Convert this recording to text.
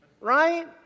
Right